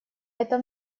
этом